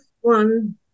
one